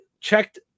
checked